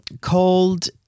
called